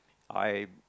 I